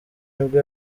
nibwo